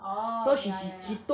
oh ya ya ya